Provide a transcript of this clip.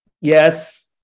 yes